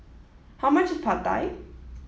how much is Pad Thai